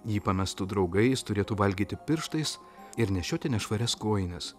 jį pamestų draugai jis turėtų valgyti pirštais ir nešioti nešvarias kojines